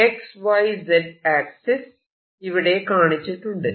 XY Z axis ഇവിടെ കാണിച്ചിട്ടുണ്ട്